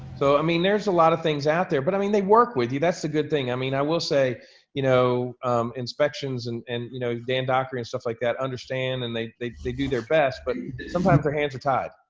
so, i mean, there's a lot of things out there but i mean they work with you, that's a good thing, i mean, i will say you know inspections, and and you know dan dockery and stuff like that understand and they they do there best but sometimes their hands are tied.